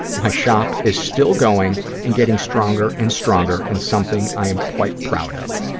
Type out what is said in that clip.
my shop is still going and getting stronger and stronger and something i am quite proud of.